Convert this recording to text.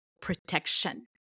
protection